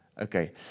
Okay